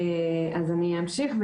אז אני אמשיך,